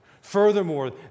Furthermore